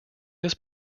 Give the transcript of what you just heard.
this